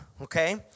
okay